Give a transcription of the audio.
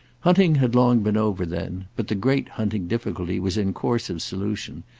hunting had long been over then, but the great hunting difficulty was in course of solution,